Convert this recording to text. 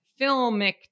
filmic